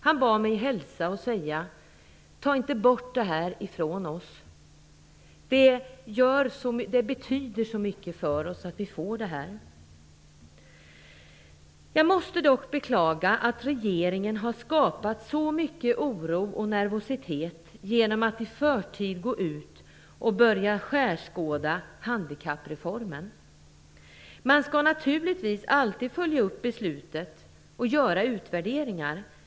Han bad mig hälsa och säga: Ta inte bort det här ifrån oss! Det betyder så mycket för oss att vi får det här. Jag måste dock beklaga att regeringen har skapat så mycket oro och nervositet genom att i förtid gå ut och börja skärskåda handikappreformen. Man skall naturligtvis alltid följa upp beslut och göra utvärderingar.